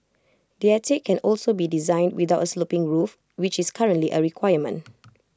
the attic can also be designed without A sloping roof which is currently A requirement